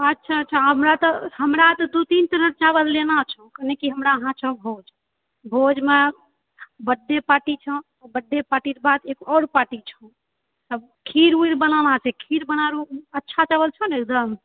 अच्छा अच्छा हमरा तऽ हमरा तऽ दू तीन तरहकेँ चावल लेना छौ मने कि हमरा यहाँ छौ भोज भोजमे बर्थडे पार्टी छौ बर्थडे पार्टीके बाद एक आओर पार्टी छौ खीर उड़ बनाना छै खीर अच्छा चावल छौ ने एकदम